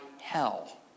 hell